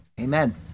Amen